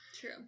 True